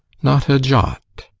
not a jot.